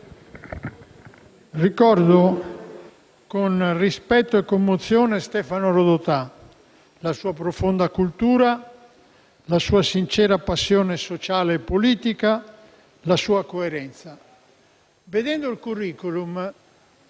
ricordo con rispetto e commozione Stefano Rodotà, la sua profonda cultura, la sua sincera passione sociale e politica, la sua coerenza. Vedendo il *curriculum*,